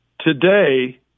Today